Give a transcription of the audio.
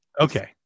Okay